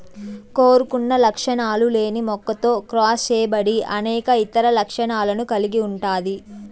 కోరుకున్న లక్షణాలు లేని మొక్కతో క్రాస్ చేయబడి అనేక ఇతర లక్షణాలను కలిగి ఉంటాది